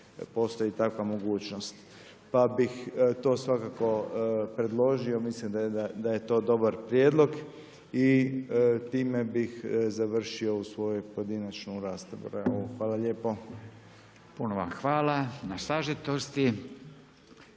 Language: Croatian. postoji takva mogućnost, pa bih to svakako predložio. Mislim da je to dobar prijedlog. I time bih završio ovu svoju pojedinačnu raspravu. Hvala lijepo. **Radin, Furio